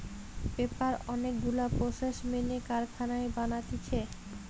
paper অনেক গুলা process মেনে কারখানায় বানাতিছে